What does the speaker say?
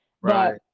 right